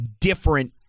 different